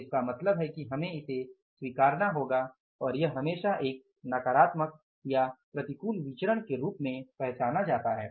तो इसका मतलब है कि हमें इसे स्वीकारना होगा और यह हमेशा एक नकारात्मक या प्रतिकूल विचरण के रूप में पहचाना जाता है